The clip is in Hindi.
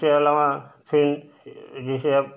उससे अलावा फिर जैसे अब